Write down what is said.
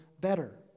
better